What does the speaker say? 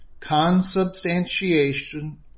consubstantiation